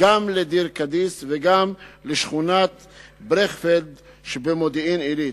גם לדיר-קדיס וגם לשכונת ברכפלד שבמודיעין-עילית.